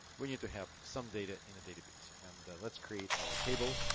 we need to have some data in a database. and let's create our table.